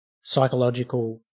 psychological